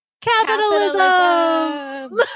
capitalism